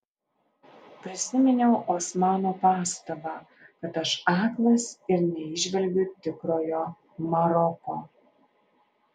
prisiminiau osmano pastabą kad aš aklas ir neįžvelgiu tikrojo maroko